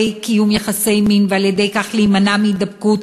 קיום יחסי מין ועל-ידי כך להימנע מהידבקות,